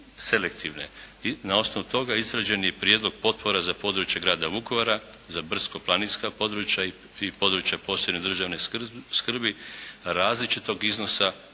na osnovu toga izrađen je prijedlog potpora za područje grada Vukovara, za brdsko-planinska područja i područja posebne državne skrbi različitog iznosa i